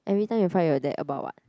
every time you find your dad about what